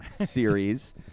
series